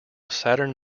saturn